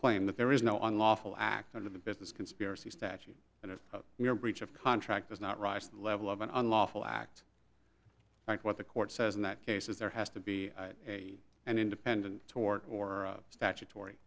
claim that there is no unlawful act under the business conspiracy statute and if your breach of contract does not rise to the level of an unlawful act like what the court says in that case is there has to be a an independent toward or statutory